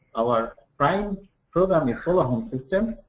um our prime program is solar home system.